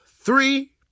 three